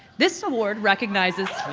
this award recognizes